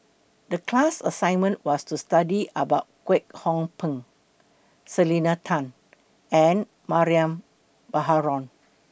The class assignment was to study about Kwek Hong Png Selena Tan and Mariam Baharom